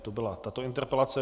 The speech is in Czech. To byla tato interpelace.